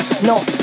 no